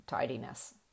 tidiness